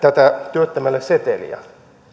työttömälle tätä seteliä